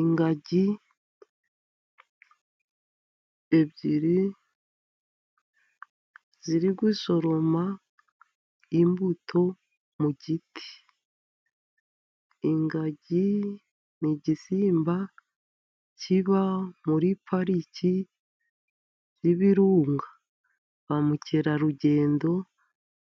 Ingagi ebyiri ziri gusoroma imbuto mu giti, ingagi ni igisimba kiba muri pariki y'ibirunga, ba Mukerarugendo